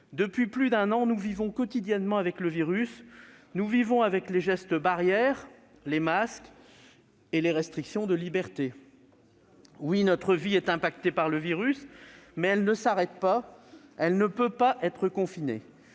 Depuis plus d'un an, nous vivons quotidiennement avec le virus, les gestes barrières, les masques et les restrictions de liberté. Oui, notre vie est affectée par le virus, mais elle ne s'arrête pas et elle ne saurait être confinée.